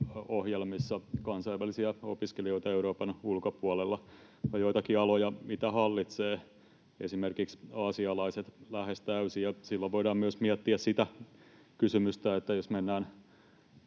kansainvälisiä opiskelijoita Euroopan ulkopuolelta. On joitakin aloja, mitä esimerkiksi aasialaiset hallitsevat lähes täysin, ja silloin voidaan myös miettiä sitä kysymystä, että jos mennään